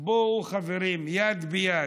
בואו, חברים, יד ביד,